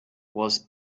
was